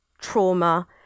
trauma